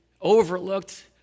overlooked